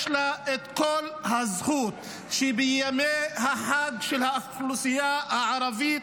יש לה את כל הזכות שבימי החג של האוכלוסייה הערבית,